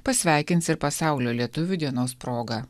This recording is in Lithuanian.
pasveikins ir pasaulio lietuvių dienos proga